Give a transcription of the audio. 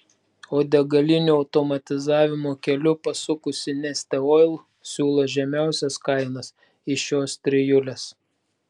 o degalinių automatizavimo keliu pasukusi neste oil siūlo žemiausias kainas iš šios trijulės